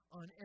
on